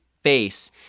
face